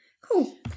Cool